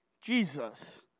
Jesus